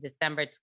December